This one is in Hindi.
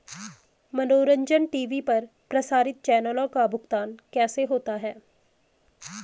मनोरंजन टी.वी पर प्रसारित चैनलों का भुगतान कैसे होता है?